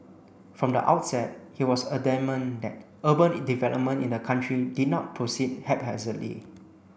from the outset he was adamant that urban development in the country did not proceed haphazardly